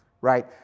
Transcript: right